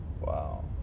Wow